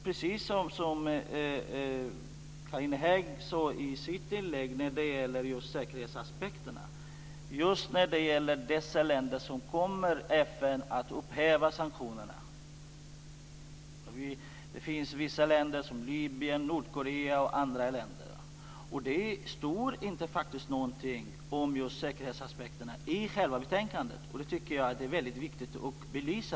Precis som Carina Hägg sade i sitt anförande om säkerhetsaspekterna kommer FN att upphäva sanktionerna för Libyen, Nordkorea och andra länder. Det står inte någonting om säkerhetsaspekterna i betänkandet, vilket hade varit väldigt viktigt att belysa.